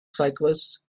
cyclists